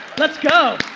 let's go!